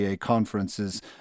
conferences